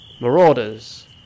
Marauders